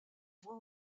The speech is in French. voie